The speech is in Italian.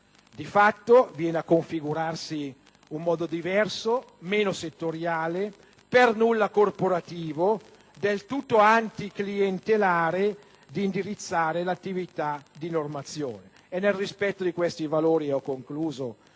Di fatto, viene a configurarsi un modo diverso, meno settoriale, per nulla corporativo e del tutto anticlientelare, di indirizzare l'attività di normazione. Nel rispetto di questi valori, colleghi